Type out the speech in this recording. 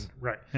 Right